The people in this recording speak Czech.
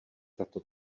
tato